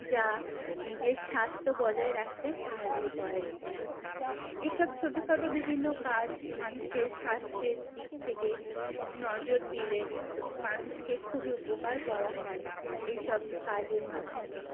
যা নিজের স্বাস্থ্য বজায় রাখতে সাহায্য করে এইসব ছোটো খাটো বিভিন্ন কাজ মানুষের স্বাস্থ্যের দিক থেকে নজর দিলে মানুষকে খুবই উপকার করা হয় এইসব কাজের মাধ্যমে